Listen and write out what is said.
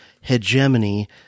hegemony